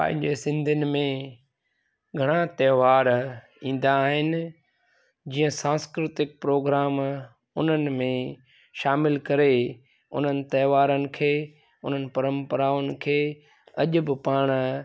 पंहिंजे सिंधियुनि में घणा त्योहार ईंदा आहिनि जीअं सांस्कृतिक प्रोग्राम उन्हनि में शामिलु करे उन्हनि त्योहारनि खे उन्हनि परंपराउनि खे अॼु बि पाण